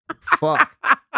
Fuck